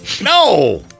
No